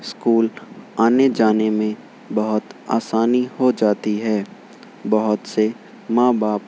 school آنے جانے میں بہت آسانی ہو جاتی ہے بہت سے ماں باپ